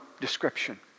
description